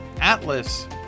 Atlas